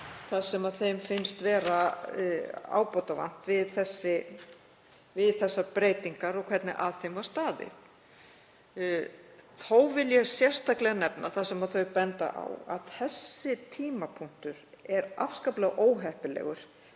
það sem þeim finnst vera ábótavant við þessar breytingar og hvernig að þeim var staðið. Þó vil ég sérstaklega nefna það sem þau benda á, að þessi tímapunktur er afskaplega óheppilegur